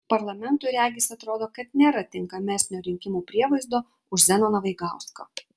parlamentui regis atrodo kad nėra tinkamesnio rinkimų prievaizdo už zenoną vaigauską